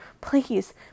Please